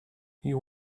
you